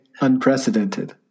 unprecedented